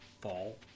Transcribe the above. fall